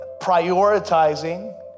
prioritizing